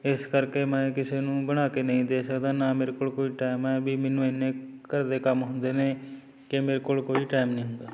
ਇਸ ਕਰਕੇ ਮੈਂ ਕਿਸੇ ਨੂੰ ਬਣਾ ਕੇ ਨਹੀਂ ਦੇ ਸਕਦਾ ਨਾ ਮੇਰੇ ਕੋਲ ਕੋਈ ਟਾਈਮ ਹੈ ਵੀ ਮੈਨੂੰ ਇੰਨੇ ਘਰ ਦੇ ਕੰਮ ਹੁੰਦੇ ਨੇ ਕਿ ਮੇਰੇ ਕੋਲ ਕੋਈ ਟਾਈਮ ਨਹੀਂ ਹੁੰਦਾ